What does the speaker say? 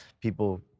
people